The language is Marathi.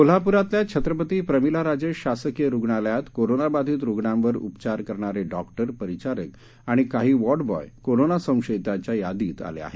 कोल्हापुरातल्या छत्रपती प्रमिलाराजे शासकीय रूग्णालयात कोरोनाबाधित रूग्णावर उपचार करणारे डॉक्टर परिचारक आणि काही वॉर्ड बॉय कोरोना संशयितांच्या यादीत आले आहेत